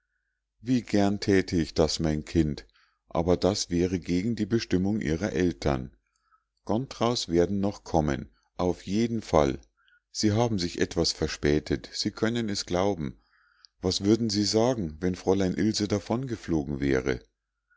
wie gern thäte ich das mein kind aber das wäre gegen die bestimmung ihrer eltern gontraus werden noch kommen auf jeden fall sie haben sich etwas verspätet sie können es glauben was würden sie sagen wenn fräulein ilse davongeflogen wäre